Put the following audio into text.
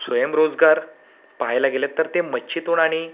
स्वयंरोजगार पहायला गेला तर ते मच्छीतून आणि